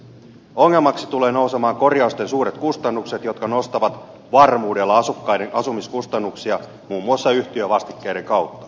ongelmaksi tulevat nousemaan korjausten suuret kustannukset jotka nostavat varmuudella asukkaiden asumiskustannuksia muun muassa yhtiövastikkeiden kautta